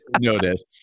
notice